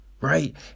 right